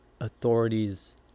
authorities